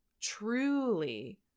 truly